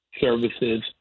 services